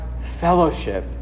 fellowship